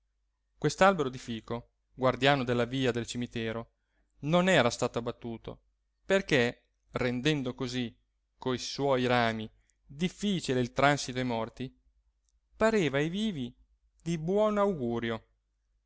quest'albero di fico guardiano della via del cimitero non era stato abbattuto perché rendendo così coi suoi rami difficile il transito ai morti pareva ai vivi di buon augurio